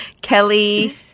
Kelly